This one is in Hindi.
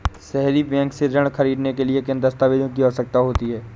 सहरी बैंक से ऋण ख़रीदने के लिए किन दस्तावेजों की आवश्यकता होती है?